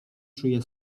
czuję